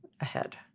ahead